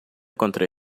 contra